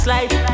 life